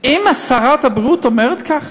אם שרת הבריאות אומרת ככה?